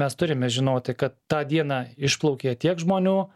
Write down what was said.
mes turime žinoti kad tą dieną išplaukė tiek žmonių